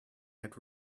had